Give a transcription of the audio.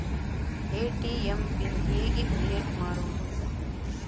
ATM pin ಹೇಗೆ create ಮಾಡುವುದು?